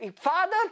Father